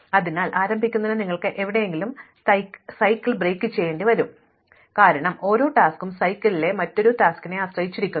അതിനാൽ ആരംഭിക്കുന്നതിന് നിങ്ങൾ എവിടെയെങ്കിലും സൈക്കിൾ തകർക്കണം പക്ഷേ നിങ്ങൾക്ക് ഇത് എവിടെയും തകർക്കാൻ കഴിയില്ല കാരണം ഓരോ ജോലിയും സൈക്കിളിലെ മറ്റെന്തിനെ ആശ്രയിച്ചിരിക്കുന്നു